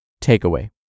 Takeaway